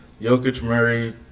Jokic-Murray